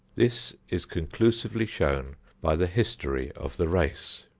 this is conclusively shown by the history of the race.